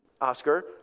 Oscar